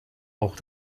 auch